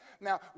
Now